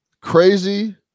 Crazy